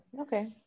Okay